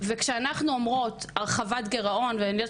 וכשאנחנו אומרות הרחבת גירעון ואני יודעת